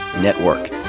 Network